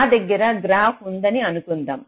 నా దగ్గర గ్రాఫ్ ఉందని అనుకుందాం